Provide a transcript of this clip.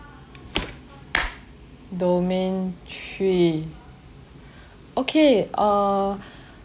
domain three okay err